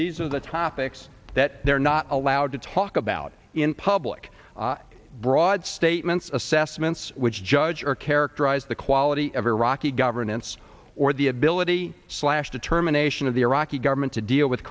these are the topics that they're not allowed to talk about in public broad statements assessments which judge or characterize the quality of iraqi governance or the ability slash determination of the iraqi government to deal with